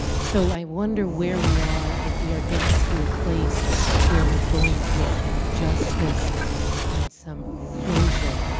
so i wonder where we are, if we are getting to a place where we're going to get justice and some closure.